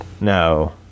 No